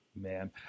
man